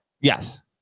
Yes